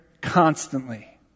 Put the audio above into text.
constantly